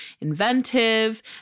inventive